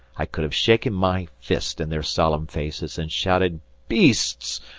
i could have shaken my fist in their solemn faces and shouted beasts!